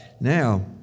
Now